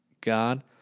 God